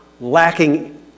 lacking